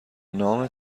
نام